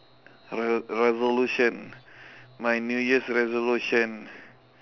re~ resolution my new year's resolution